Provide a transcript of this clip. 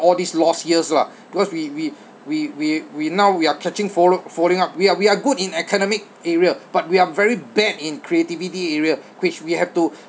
all these lost years lah because we we we we we now we are catching follow following up we are we are good in academic area but we are very bad in creativity area which we have to